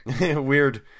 Weird